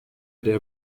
der